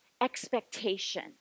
expectation